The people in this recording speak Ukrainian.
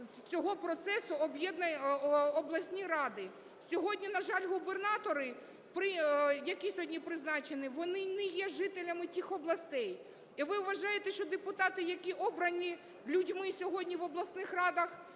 з цього процесу обласні ради. Сьогодні, на жаль, губернатори, які сьогодні призначені, вони не є жителями тих областей. І ви вважаєте, що депутати, які обрані людьми, сьогодні в обласних радах